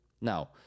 Now